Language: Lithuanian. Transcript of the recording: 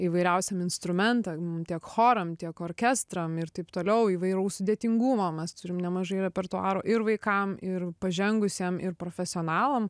įvairiausiem instrumentam tiek choram orkestram ir taip toliau įvairaus sudėtingumo mes turim nemažai repertuaro ir vaikam ir pažengusiem ir profesionalam